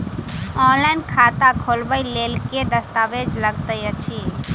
Online खाता खोलबय लेल केँ दस्तावेज लागति अछि?